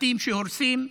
בתים שהורסים,